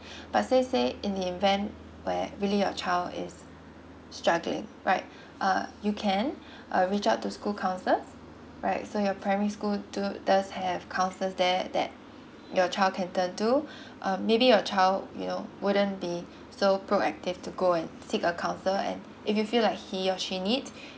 but say say in the event where really your child is struggling right uh you can uh reach out to school counsellor right so your primary school do does have counselors there that your child can turn to um maybe your child you know wouldn't be so proactive to go and seek a counselor and if you feel like he or she need